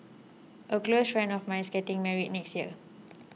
a close friend of mine is getting married this year